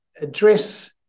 address